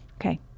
Okay